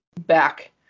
back